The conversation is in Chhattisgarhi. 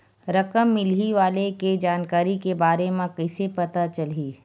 रकम मिलही वाले के जानकारी के बारे मा कइसे पता चलही?